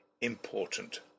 important